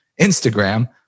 Instagram